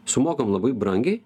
sumokam labai brangiai